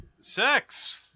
Sex